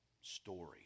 story